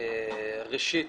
ראשית